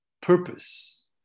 purpose